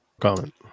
comment